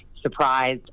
surprised